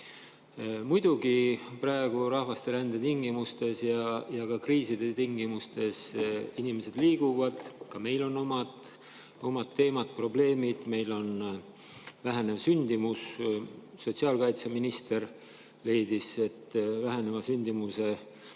Muidugi, praegu, rahvasterände tingimustes ja kriiside tingimustes, inimesed liiguvad. Ka meil on omad teemad, probleemid, meil on vähenev sündimus. Sotsiaalkaitseminister leidis, et väheneva sündimuse vastu